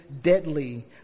deadly